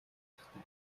утгатай